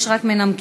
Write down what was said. יש רק מנמקים.